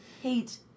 hate